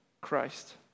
Christ